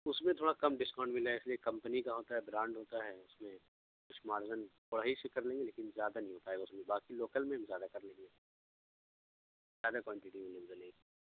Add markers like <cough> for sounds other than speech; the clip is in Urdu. اس میں تھوڑا کم ڈسکاؤنٹ ملے گا اس لیے کمپنی کا ہوتا ہے برانڈ ہوتا ہے اس میں کچھ مارزن تھوڑا ہی سا کر لیں گے لیکن زیادہ نہیں ہو پائے گا اس میں باقی لوکل میں ہم زیادہ کر لیں گے زیادہ کوانٹیٹی میں <unintelligible>